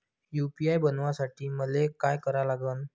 UPI बनवासाठी मले काय करा लागन?